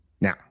Now